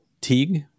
Teague